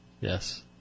Yes